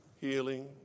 healing